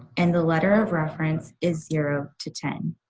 and the letter of reference is zero to ten.